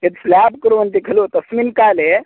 यत् स्लेब् कुर्वन्ति खलु तस्मिन् काले